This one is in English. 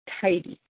tidy